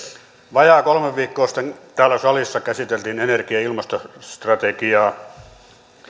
vajaa kolme viikkoa sitten täällä salissa käsiteltiin energia ja ilmastostrategiaa